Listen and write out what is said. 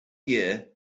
year